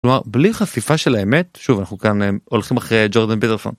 בלי חשיפה של האמת שוב אנחנו כאן הולכים אחרי ג'ורדן פטרסון.